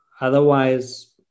otherwise